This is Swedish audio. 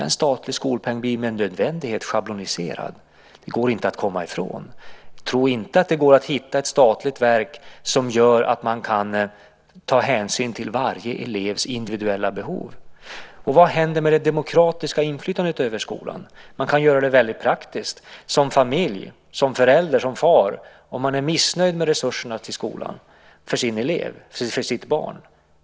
En statlig skolpeng blir med nödvändighet schabloniserad, det går inte att komma ifrån. Tro inte att det går att hitta ett statligt verk som gör att man kan ta hänsyn till varje elevs individuella behov. Och vad händer med det demokratiska inflytandet över skolan? Man kan göra det väldigt praktiskt: Vart vänder man sig om man som familj, som förälder, som far är missnöjd med resurserna till skolan för sitt barn?